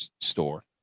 store